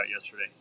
yesterday